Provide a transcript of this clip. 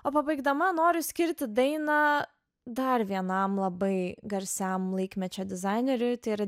o pabaigdama noriu skirti dainą dar vienam labai garsiam laikmečio dizaineriui tai yra